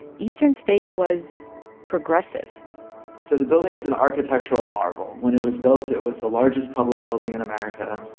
eastern state was progressive so the building is an architectural marvel. when it was built, it was the largest public building in america.